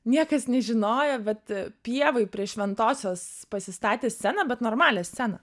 niekas nežinojo bet pievoj prie šventosios pasistatė sceną bet normalią sceną